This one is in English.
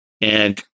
And-